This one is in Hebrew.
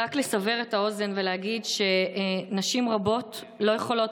רק לסבר את האוזן ולהגיד שנשים רבות לא יכולות